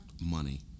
money